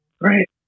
Right